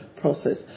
process